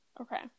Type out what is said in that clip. okay